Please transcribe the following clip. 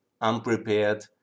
unprepared